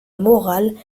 morale